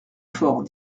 fort